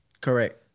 Correct